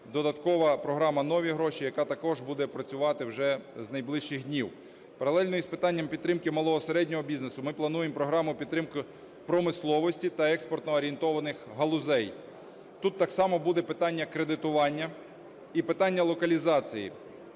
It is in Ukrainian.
Додаткова програма "Нові гроші", яка також буде працювати вже з найближчих днів. Паралельно із питанням підтримки малого і середнього бізнесу ми плануємо програму підтримки промисловості та експортно-орієнтованих галузей. Тут так само буде питання кредитування і питання локалізації,